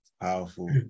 powerful